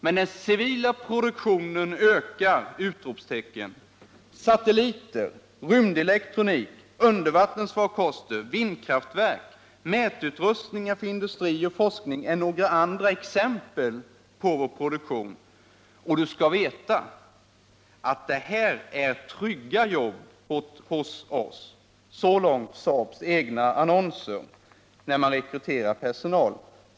Men den civila produktionen ökar! Satelliter, rymdelektronik, undervattensfarkoster, vindkraftverk, mätutrustningar för industri och forskning är några andra exempel på vår produktion. Och du ska veta, att det här är trygga jobb hos oss.” Så långt Saabs egna annonser när företaget rekryterar personal.